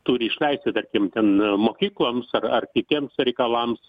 turi išleisti tarkim ten mokykloms ar ar kitiems reikalams